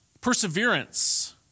perseverance